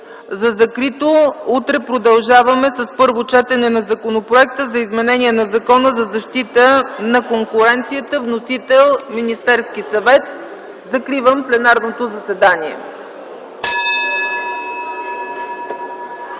до момента. Утре продължаваме с първо четене на Законопроекта за изменение на Закона за защита на конкуренцията. Вносител е Министерският съвет. Закривам пленарното заседание.